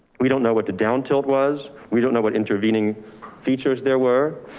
we don't know what the down tilt was. we don't know what intervening features there were.